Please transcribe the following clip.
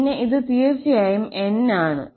പിന്നെ ഇത് തീർച്ചയായും N ആണ്